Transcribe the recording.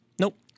Nope